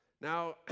Now